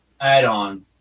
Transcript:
add-on